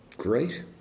great